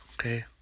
Okay